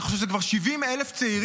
אני חושב שזה כבר 70,000 צעירים,